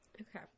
Okay